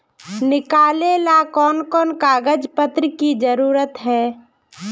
निकाले ला कोन कोन कागज पत्र की जरूरत है?